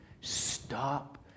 Stop